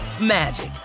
magic